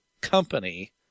company